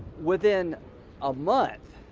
within a month